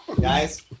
Guys